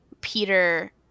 Peter